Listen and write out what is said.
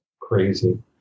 crazy